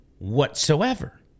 Whatsoever